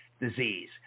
disease